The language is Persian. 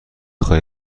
خواهی